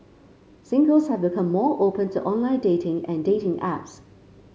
singles have become more open to online dating and dating apps